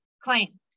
claim